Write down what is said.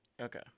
Okay